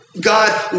God